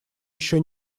еще